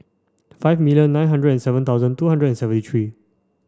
five million nine hundred seven thousand two hundred and seventy three